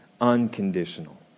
Unconditional